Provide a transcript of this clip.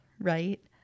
right